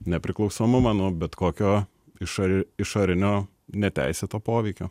nepriklausomumą nuo bet kokio išori išorinio neteisėto poveikio